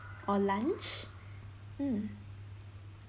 or lunch mm